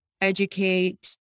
educate